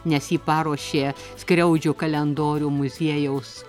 nes jį paruošė skriaudžių kalendorių muziejaus